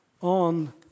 on